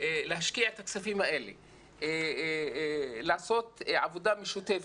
להשקיע את הכספים האלה לעשות עבודה משותפת,